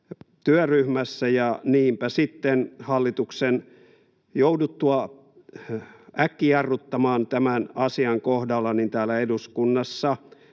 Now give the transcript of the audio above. työryhmässä, ja niinpä sitten hallituksen jouduttua äkkijarruttamaan tämän asian kohdalla täällä eduskunnassa